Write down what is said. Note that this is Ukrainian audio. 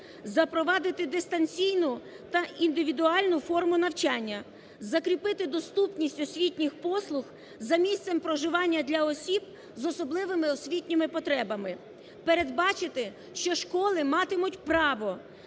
запровадити дистанційну та індивідуальну форму навчання; закріпити доступність освітніх послуг за місцем проживання для осіб з особливими освітніми потребами; передбачити, що школи матимуть право